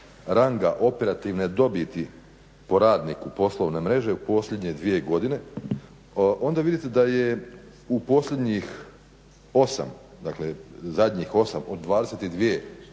ranga operativne dobiti po radniku poslovne mreže u posljednje dvije godine onda vidite da je u posljednjih osam, dakle zadnjih osam od 22